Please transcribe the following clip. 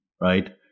right